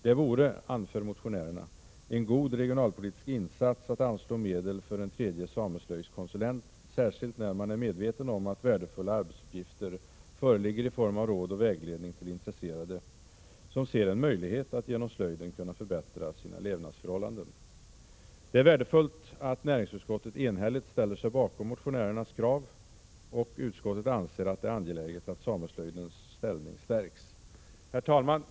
Det vore, anför motionärerna, en god regionalpolitisk insats att anslå medel för en tredje sameslöjdskonsulent, särskilt när man är medveten om att värdefulla arbetsuppgifter föreligger i form av råd och vägledning till intresserade, som ser en möjlighet att genom slöjden kunna förbättra sina levnadsförhållanden. Det är värdefullt att näringsutskottet enhälligt ställer sig bakom motionärernas krav. Utskottet anser att det är angeläget att sameslöjdens ställning stärks. Herr talman!